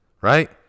right